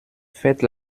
faites